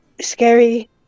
scary